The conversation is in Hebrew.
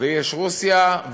ויש רוסיה,